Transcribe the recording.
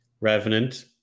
Revenant